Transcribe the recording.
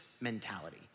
mentality